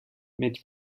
mit